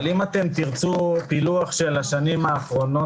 אבל אם אתם תירצו פילוח של השנים האחרונות,